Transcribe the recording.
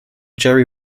jerry